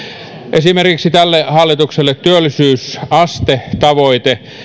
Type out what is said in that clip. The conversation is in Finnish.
esimerkiksi tälle hallitukselle työllisyysastetavoite